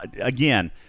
again